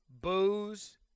Booze